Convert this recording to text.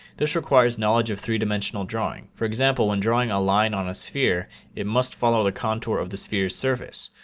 this requires knowledge of three-dimensional drawing. for example when drawing a line on a sphere it must follow the contour of the spheres surface.